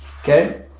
Okay